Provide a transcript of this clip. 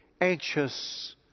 anxious